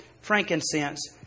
frankincense